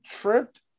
tripped